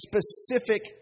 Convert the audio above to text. specific